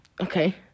okay